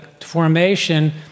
formation